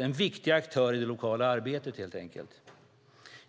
en viktig aktör i det lokala arbetet. Det är ganska fantastiskt med en sådan verksamhet.